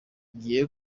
ngiye